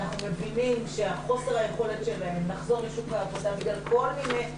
אנחנו מבינים שחוסר היכולת שלהן לחזור לשוק העבודה בגלל כל מיני החלטות,